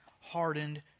hardened